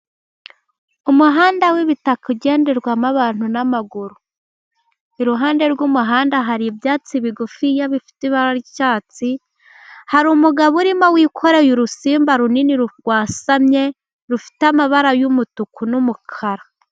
Umuhanda w'ibitaka ugenderwamo abantu n'amaguru. Iruhande rw'umuhanda hari ibyatsi bigufiya bifite ibara ry'icyatsi. Hari umugabo urimo wikoreye urusimba runini rwasamye, rufite amabara y'umutuku n'umukara.